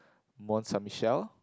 Mont Saint Michel